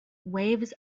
waves